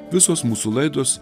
visos mūsų laidos